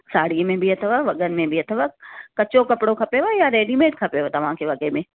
साड़ीअ में बि अथव वॻनि में बि अथव कचो कपिड़ो खपेव या रेडीमेड खपेव तव्हांखे वॻे में